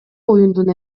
оюндун